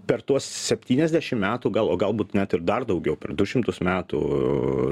per tuos septyniasdešim metų gal o galbūt net ir dar daugiau per du šimtus metų